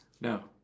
No